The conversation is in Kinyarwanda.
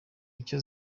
icyo